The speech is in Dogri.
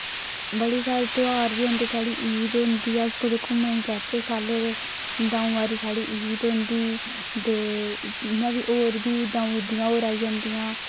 बड़े सारे तेहार बी होंदे साढ़ी ईद होंदी अस कुतै घूमने जाह्चै साले दे द'ऊं बारी साढ़ी ईद होंदी ते इ'यां बी और बी द'ऊं इं'दियां और आई जंदियां